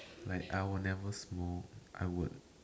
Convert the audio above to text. like I will never smoke I would